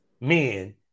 men